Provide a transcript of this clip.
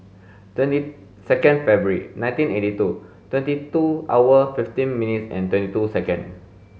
twenty second February nineteen eighty two twenty two hours fifteen minutes and twenty two seconds